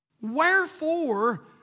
Wherefore